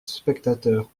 spectateurs